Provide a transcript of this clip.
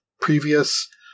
previous